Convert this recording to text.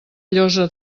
llosa